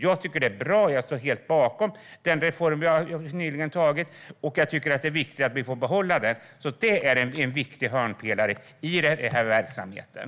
Jag tycker att det är bra, och jag står helt bakom den reform som vi nyligen har tagit beslut om och tycker att det är viktigt att vi får behålla det här. Det är en viktig hörnpelare i den här verksamheten.